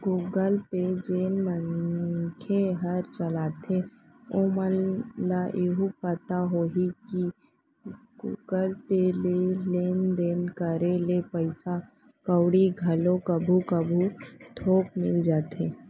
Google Pay जेन मनखे हर चलाथे ओमन ल एहू पता होही कि गुगल पे ले लेन देन करे ले पइसा कउड़ी घलो कभू कभू थोक मिल जाथे